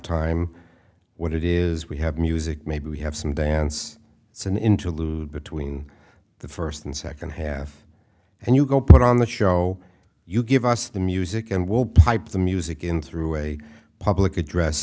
time what it is we have music maybe we have some dance it's an interlude between the first and second half and you go put on the show you give us the music and we'll pipe the music in through a public address